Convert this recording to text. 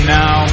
now